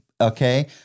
okay